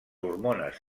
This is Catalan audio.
hormones